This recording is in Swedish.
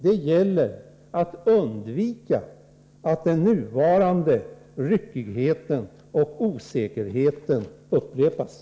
Det gäller att undvika att den nuvarande ryckigheten och osäkerheten upprepas.